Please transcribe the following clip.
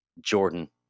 Jordan